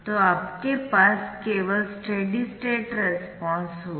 तो आपके पास केवल स्टेडी स्टेट रेस्पॉन्स होगा